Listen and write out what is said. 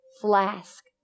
flask